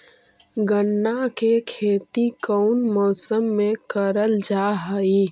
गन्ना के खेती कोउन मौसम मे करल जा हई?